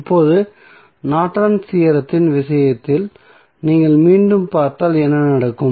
இப்போது நார்டன்ஸ் தியோரத்தின் விஷயத்தில் நீங்கள் மீண்டும் பார்த்தால் என்ன நடக்கும்